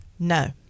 No